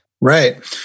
Right